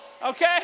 okay